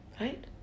Right